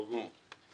טוב מאוד.